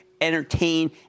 entertain